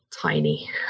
tiny